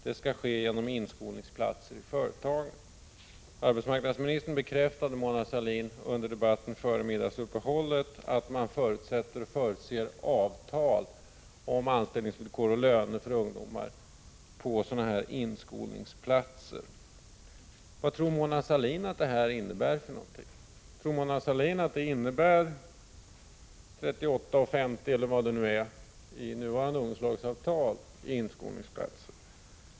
Det ska ske genom inskolningsplatser i företagen.” Arbetsmarknadsministern bekräftade, Mona Sahlin, i debatten före middagsuppehållet att man förutsätter avtal om anställningsvillkor och löner för ungdomar på sådana här inskolningsplatser. Vad tror Mona Sahlin att det här innebär för någonting? Tror Mona Sahlin att det innebär 38:50 — eller vad det nu är i nuvarande ungdomslagsavtal — när det gäller inskolningsplats?